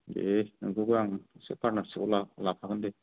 दे नोंखौबो आं एसे पार्टनारशिपआव लाफागोन दे